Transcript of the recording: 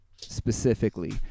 specifically